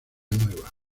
nueva